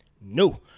no